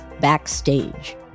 Backstage